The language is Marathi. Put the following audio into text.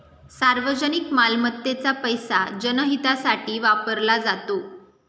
सार्वजनिक मालमत्तेचा पैसा जनहितासाठी वापरला जातो